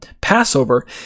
passover